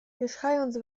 pierzchając